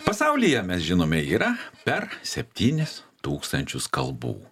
pasaulyje mes žinome yra per septynis tūkstančius kalbų